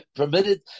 permitted